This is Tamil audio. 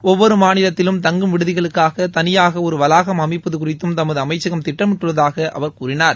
ஒவ்வொரு மாநிலத்திலும் தங்கும் விடுதிகளுக்காக தனியாக ஒரு வளாகம் அமைப்பது குறித்தும் தமது அமைச்சகம் திட்டமிட்டுள்ளதாக அவர் கூறினார்